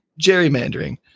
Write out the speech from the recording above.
gerrymandering